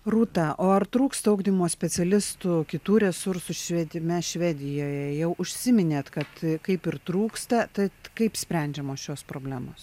rūta o ar trūksta ugdymo specialistų kitų resursų švietime švedijoje jau užsiminėt kad kaip ir trūksta tad kaip sprendžiamos šios problemos